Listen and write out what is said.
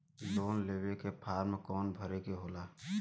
Loan लेवे के form कौन भरे के होला?